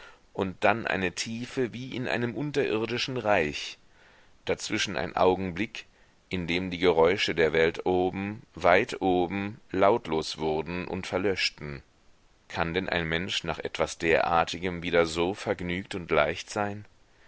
und dann eine tiefe wie in einem unterirdischen reich dazwischen ein augenblick in dem die geräusche der welt oben weit oben lautlos wurden und verlöschten kann denn ein mensch nach etwas derartigem wieder so vergnügt und leicht sein